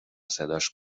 صداش